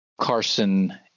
Carson